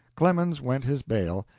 clemens went his bail,